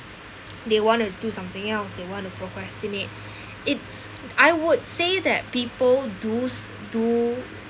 they want to do something else they want to procrastinate it I would say that people do do